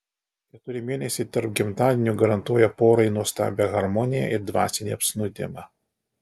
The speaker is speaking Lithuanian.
keturi mėnesiai tarp gimtadienių garantuoja porai nuostabią harmoniją ir dvasinį apsnūdimą